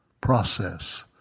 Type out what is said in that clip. process